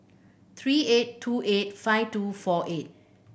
three eight two eight five two four eight